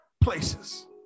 places